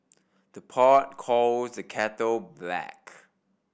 the pot call the kettle black